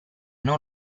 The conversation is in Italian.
non